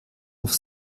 auf